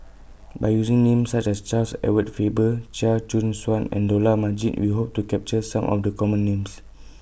By using Names such as Charles Edward Faber Chia Choo Suan and Dollah Majid We Hope to capture Some of The Common Names